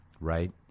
Right